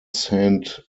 saint